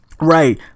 Right